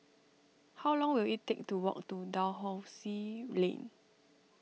how long will it take to walk to Dalhousie Lane